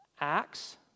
acts